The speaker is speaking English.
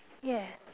yeah